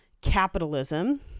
capitalism